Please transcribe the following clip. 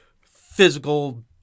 physical